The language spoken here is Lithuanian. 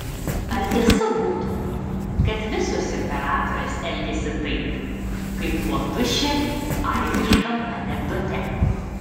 ar tiesa būtų kad visos imperatorės elgiasi taip kaip motušė airiškam anekdote